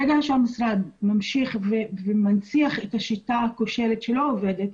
ברגע שהמשרד ממשיך ומנציח את השיטה הכושלת שלא עובדת,